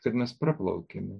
kad mes praplaukiame